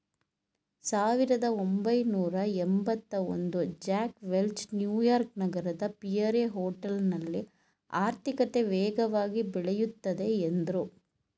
ಸಾವಿರದಒಂಬೈನೂರಎಂಭತ್ತಒಂದು Jack Welch New York ನಗರದ Pierre ಹೋಟೆಲ್ನಲ್ಲಿ ಆರ್ಥಿಕತೆ ವೇಗವಾಗಿ ಬೆಳೆಯುತ್ತದೆ ಎಂದ್ರು